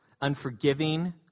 unforgiving